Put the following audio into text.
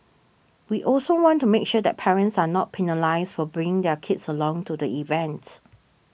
we also want to make sure that parents are not penalised for bringing their kids along to the events